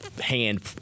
hand